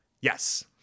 Yes